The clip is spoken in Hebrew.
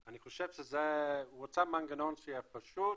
אני חושב שהוא רצה מנגנון פשוט